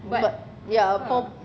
but ya prob~